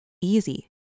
easy